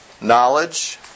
Knowledge